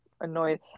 annoyed